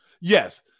yes